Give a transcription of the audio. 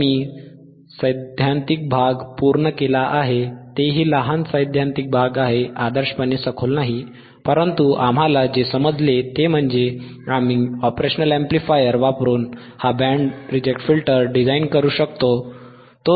तर मी सैद्धांतिक भाग पूर्ण केला आहे तेही लहान सैद्धांतिक भाग आहे आदर्शपणे सखोल नाही परंतु आम्हाला जे समजले ते म्हणजे आम्ही ऑपरेशनल अॅम्प्लीफायर वापरून हा बँड रिजेक्ट फिल्टर डिझाइन करू शकतो